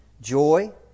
joy